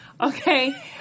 okay